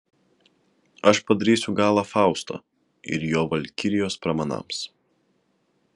aš padarysiu galą fausto ir jo valkirijos pramanams